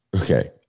okay